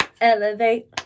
elevate